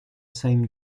same